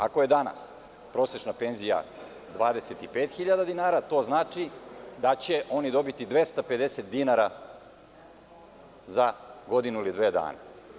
Ako je danas prosečna penzija 25.000 dinara, to znači da će oni dobiti 250 dinara za godinu, dve dana.